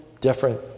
different